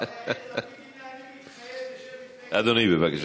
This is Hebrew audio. אמרת יאיר לפיד, הנה, אני מתחייב בשם מפלגת